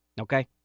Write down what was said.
okay